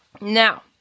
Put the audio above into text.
Now